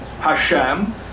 Hashem